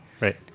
Right